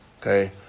Okay